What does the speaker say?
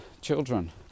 children